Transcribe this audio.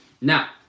Now